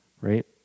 right